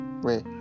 wait